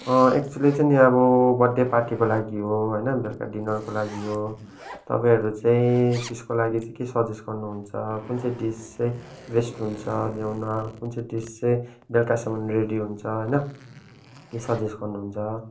actually चाहिँ नि अब बर्थडे पार्टीको लागि हो बेलुका डिनरको लागि हो तपाईँहरू चाहिँ त्यसको लागि चाहिँ के सजेस्ट गर्नुहुन्छ कुन चाहिँ डिस चाहिँ रेस्टुरेन्टमा छ कुन चाहिँ बेलुकासम्म रेडी हुन्छ होइन के सजेस्ट गर्नुहुन्छ